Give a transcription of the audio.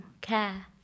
care